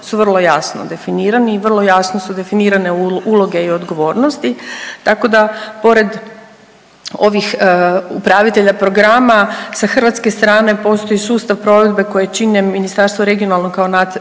su vrlo jasno definirani i vrlo jasno su definirane uloge i odgovornosti, tako da pored ovih upravitelja programa sa hrvatske strane postoji sustav provedbe koji čine Ministarstvo regionalnog kao